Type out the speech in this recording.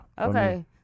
Okay